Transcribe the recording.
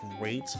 great